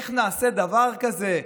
איך נעשה דבר כזה?